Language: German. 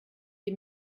die